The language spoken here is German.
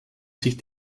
sich